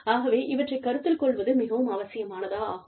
ஆகவே இவற்றைக் கருத்தில் கொள்வது மிகவும் அவசியமானதாகும்